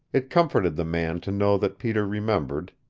it comforted the man to know that peter remembered,